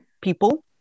people